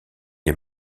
est